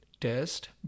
test